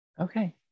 Okay